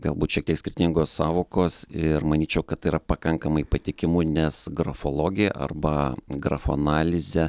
galbūt šiek tiek skirtingos sąvokos ir manyčiau kad tai yra pakankamai patikimu nes grafologiją arba grafoanalizę